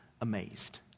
amazed